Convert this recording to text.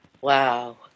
wow